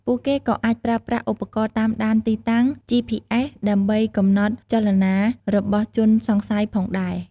ពួកគេក៏អាចប្រើប្រាស់ឧបករណ៍តាមដានទីតាំង ជីភីអេស ដើម្បីកំណត់ចលនារបស់ជនសង្ស័យផងដែរ។